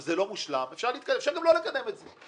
זה לא מושלם, אפשר גם לא לקדם את זה.